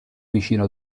vicino